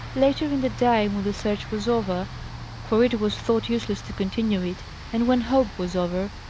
later in the day, when the search was over for it was thought useless to continue it and when hope was over,